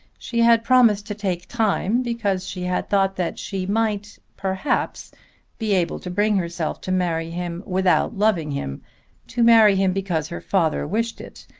she had promised to take time because she had thought that she might perhaps be able to bring herself to marry him without loving him to marry him because her father wished it,